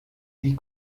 die